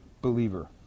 believer